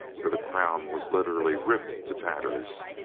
for the crown was literally ripped to tatters.